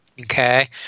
Okay